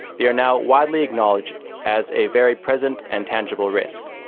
they are now widely acknowledged as a very present and tangible risk.